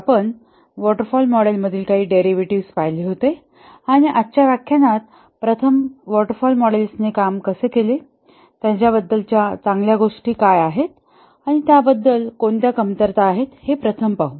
आपण waterfall मॉडेलमधील काही डेरिव्हेटिव्ह्ज पाहिले होते आणि आजच्या व्याख्यानात आपण प्रथम वॉटर फॉल मॉडेल्सने कसे काम केले त्यांच्याबद्दल चांगल्या गोष्टी काय आहेत आणि त्याबद्दल कोणत्या कमतरता आहेत हे प्रथम पाहू